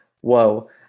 whoa